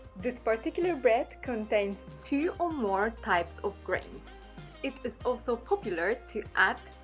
this particular bread contains two or more types of grains it is so so popular to add